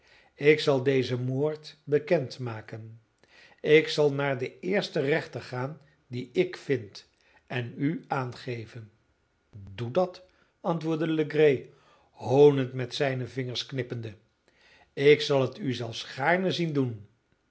ik zal dezen moord bekend maken ik zal naar den eersten rechter gaan dien ik vind en u aangeven doe dat antwoordde legree hoonend met zijne vingers knippende ik zal het u zelfs gaarne zien doen